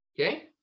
okay